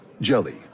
Jelly